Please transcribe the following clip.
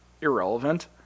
irrelevant